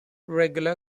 regular